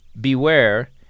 Beware